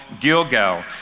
Gilgal